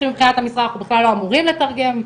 שמבחינת המשרד אנחנו בכלל לא אמורים לתרגם.